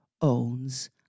owns